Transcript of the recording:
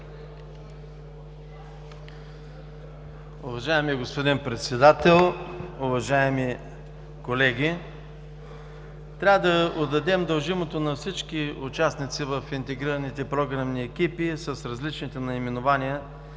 Уважаеми господин Председател, уважаеми колеги! Трябва да отдадем дължимото на всички участници в интегрираните програмни екипи, с различните наименования